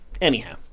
anyhow